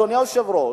אדוני היושב-ראש,